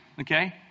okay